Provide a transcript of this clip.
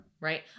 right